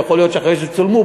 יכול להיות שאחרי שצולמו,